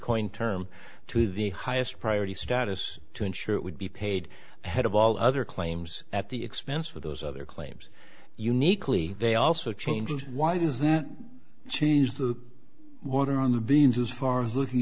coined term to the highest priority status to ensure it would be paid head of all other claims at the expense of those other claims uniquely they also changed why does that change the water on the beans as far as looking